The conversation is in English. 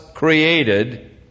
Created